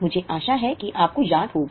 मुझे आशा है कि आपको याद होगा